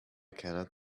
cannot